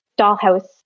Dollhouse